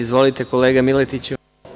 Izvolite, kolega Miletiću.